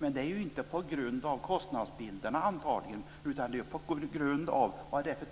Det beror dock antagligen inte på kostnadsbilden utan på vilken